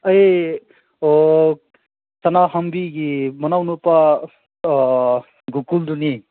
ꯑꯩ ꯑꯣ ꯁꯅꯥꯍꯟꯕꯤꯒꯤ ꯃꯅꯥꯎ ꯅꯨꯄꯥ ꯒꯣꯀꯨꯜꯗꯨꯅꯤ